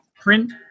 print